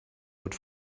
wird